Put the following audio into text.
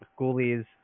ghoulies